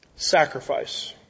sacrifice